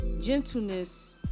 gentleness